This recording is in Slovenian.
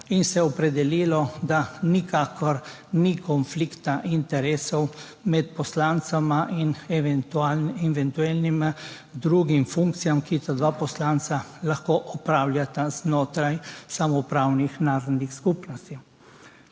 in se je opredelilo, da nikakor ni konflikta interesov med poslancema in eventualnimi drugimi funkcijami, ki jih poslanca lahko opravljata znotraj samoupravnih narodnih skupnosti.